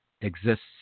exists